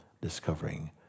discovering